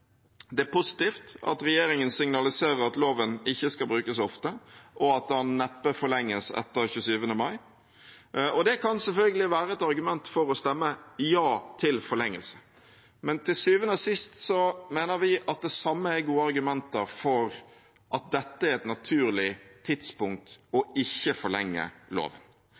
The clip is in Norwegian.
Det er positivt at regjeringen signaliserer at loven ikke skal brukes ofte, og at den neppe forlenges etter 27. mai. Det kan selvfølgelig være et argument for å stemme ja til forlengelse, men til syvende og sist mener vi at det samme er et godt argument for at dette er et naturlig tidspunkt å ikke forlenge loven.